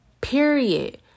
Period